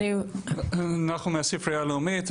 אני מהספרייה הלאומית.